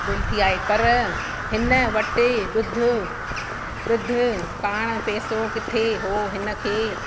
दिलि थी आहे पर हिन वटि ॾुध ॾुध पाण पेसो किथे हुओ हिन खे